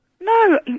No